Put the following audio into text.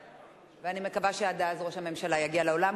ואני מקווה שעד אז ראש הממשלה יגיע לאולם,